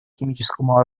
химическому